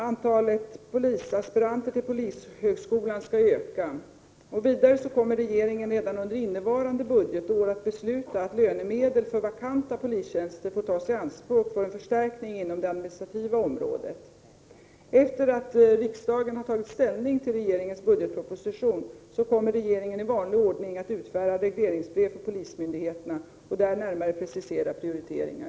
Antalet polisaspiranter till polishögskolan skall öka. Vidare kommer regeringen redan under innevarande budgetår att besluta att lönemedel för vakanta polistjänster får tas i anspråk för en förstärkning inom det administrativa området. Efter det att riksdagen har tagit ställning till regeringens budgetproposition kommer regeringen i vanlig ordning att utfärda regleringsbrev för polismyndigheterna och där närmare precisera prioriteringar.